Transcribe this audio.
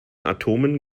atomen